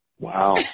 Wow